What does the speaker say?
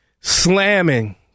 slamming